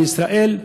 בישראל,